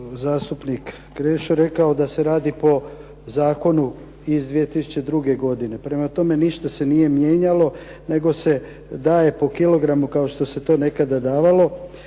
zastupnik Krešo rekao da se radi po zakonu iz 2002. godine. Prema tome ništa se nije mijenjalo nego se daje po kilogramu kao što se to nekada davalo,